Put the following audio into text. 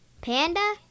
Panda